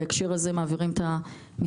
בהקשר הזה אנחנו מעבירים את המספרים,